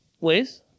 ways